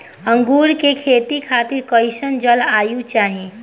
अंगूर के खेती खातिर कइसन जलवायु चाही?